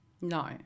No